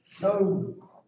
No